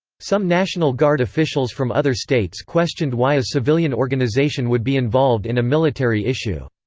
some national guard officials from other states questioned why a civilian organization would be involved in a military issue.